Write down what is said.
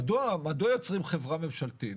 מדוע היו צריכים חברה ממשלתית?